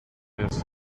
erst